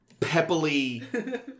peppily